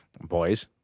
boys